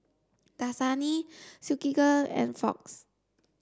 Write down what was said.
Dasani Silkygirl and Fox